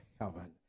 heaven